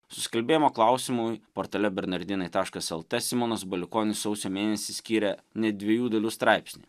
susikalbėjimo klausimui portale bernardinai taškas lt simonas baliukonis sausio mėnesį skyrė net dviejų dalių straipsnį